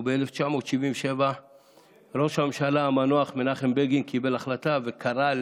וב-1977 ראש הממשלה המנוח מנחם בגין קיבל החלטה וקרא,